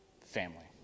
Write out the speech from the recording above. family